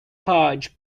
purge